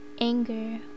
anger